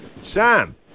Sam